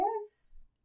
Yes